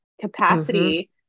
capacity